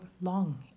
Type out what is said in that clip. long